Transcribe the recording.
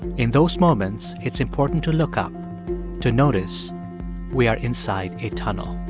in those moments, it's important to look up to notice we are inside a tunnel